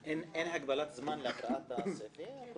אין הגבלת זמן להקראת הסעיפים?